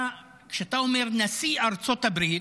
כשאתה אומר נשיא ארצות הברית,